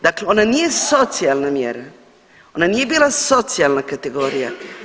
Dakle, ona nije socijalna mjera, ona nije bila socijalna kategorija.